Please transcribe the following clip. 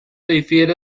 difiere